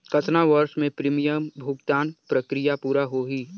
कतना वर्ष मे प्रीमियम भुगतान प्रक्रिया पूरा होही?